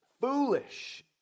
foolish